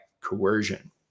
coercion